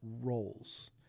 roles